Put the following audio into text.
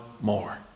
more